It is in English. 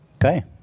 Okay